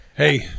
Hey